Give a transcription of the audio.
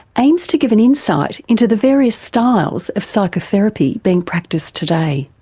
aims to give an insight into the various styles of psychotherapy being practiced today.